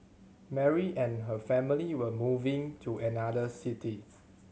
Mary and her family were moving to another city